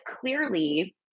clearly